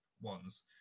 ones